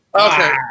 Okay